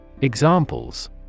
Examples